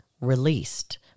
released